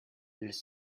elles